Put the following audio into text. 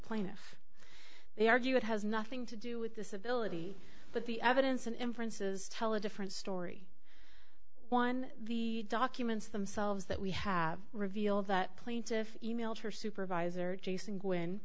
plaintiff they argue it has nothing to do with disability but the evidence and inferences tell a different story one the documents themselves that we have revealed that plaintiff e mailed her supervisor jason g